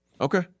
Okay